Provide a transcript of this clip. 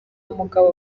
umugabo